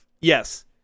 Yes